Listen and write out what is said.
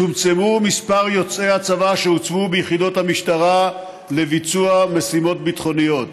צומצם מספר יוצאי הצבא שהוצבו ביחידות המשטרה לביצוע משימות ביטחוניות.